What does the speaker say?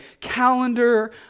calendar